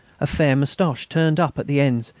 a fair moustache turned up at the ends,